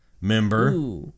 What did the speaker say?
Member